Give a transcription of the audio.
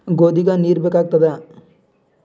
ಗೋಧಿಗ ನೀರ್ ಬೇಕಾಗತದ?